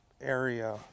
area